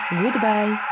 goodbye